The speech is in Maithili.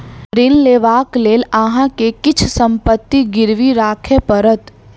ऋण लेबाक लेल अहाँ के किछ संपत्ति गिरवी राखअ पड़त